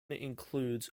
includes